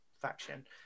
faction